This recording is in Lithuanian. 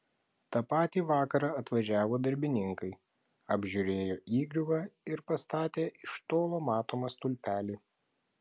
tą patį vakarą atvažiavo darbininkai apžiūrėjo įgriuvą ir pastatė iš tolo matomą stulpelį